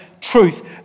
truth